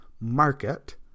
market